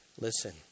Listen